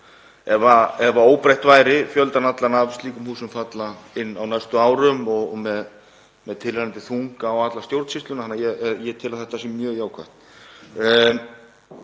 ef óbreytt væri, af slíkum húsum falla inn á næstu árum með tilheyrandi þunga á alla stjórnsýsluna, þannig að ég tel að þetta sé mjög jákvætt.